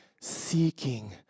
seeking